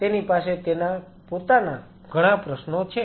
અને તેની પાસે તેના પોતાના ઘણા પ્રશ્નો છે